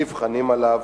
נבחנים עליו,